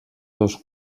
dos